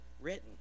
written